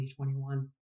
2021